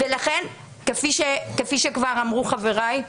לכן, כפי שכפי שכבר אמרו חבריי,